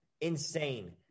insane